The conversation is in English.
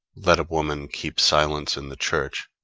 let a woman keep silence in the church,